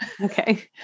Okay